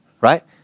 Right